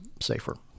safer